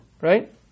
Right